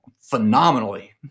phenomenally